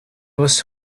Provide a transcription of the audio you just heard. was